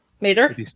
Mater